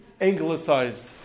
anglicized